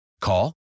Call